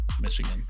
Michigan